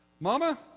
Mama